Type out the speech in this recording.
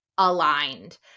aligned